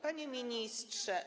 Panie Ministrze!